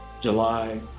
July